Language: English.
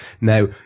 Now